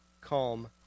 calm